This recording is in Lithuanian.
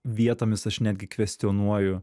vietomis aš netgi kvestionuoju